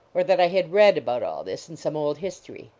or that i had read about all this in some old history.